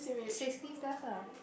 sixty plus ah